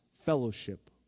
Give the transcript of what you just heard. Fellowship